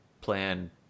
plan